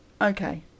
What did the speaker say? Okay